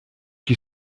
qui